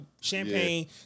champagne